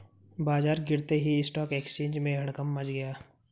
बाजार गिरते ही स्टॉक एक्सचेंज में हड़कंप मच गया